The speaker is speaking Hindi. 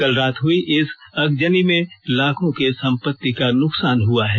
कल रात हुई इस आगजनी में लाखों की संपत्ति का नुकसान हुआ है